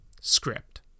script